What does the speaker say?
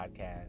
podcast